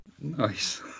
Nice